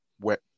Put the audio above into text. wet